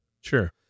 Sure